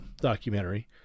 documentary